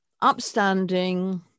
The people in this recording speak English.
upstanding